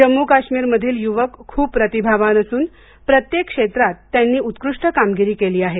जम्मू काश्मीर मधील युवक खूप प्रतिभावान असून प्रत्येक क्षेत्रात त्यांनी उत्कृष्ट कामगिरी केली आहे